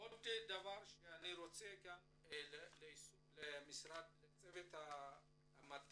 עוד דבר שאני רוצה להתייחס בעניין צוות היישום.